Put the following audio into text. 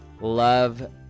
Love